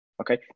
Okay